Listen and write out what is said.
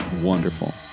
wonderful